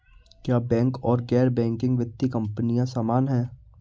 क्या बैंक और गैर बैंकिंग वित्तीय कंपनियां समान हैं?